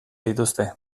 dituzte